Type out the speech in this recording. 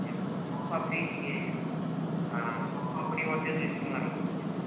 ଏବଂ ସଂପାମ୍ପୁଡ଼ି ଟିକେ ସଂପାମ୍ପୁଡ଼ି ମଧ୍ୟ ଦୁଇଶହ ଟଙ୍କାର କରିଦେଇଥିବେ